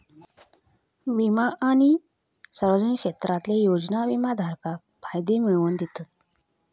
विमा आणि सार्वजनिक क्षेत्रातले योजना विमाधारकाक फायदे मिळवन दितत